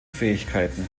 fähigkeiten